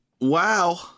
Wow